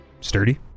sturdy